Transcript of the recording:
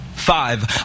Five